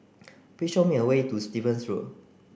please show me a way to Stevens Road